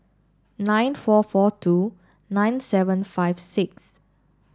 nine four four two nine seven five six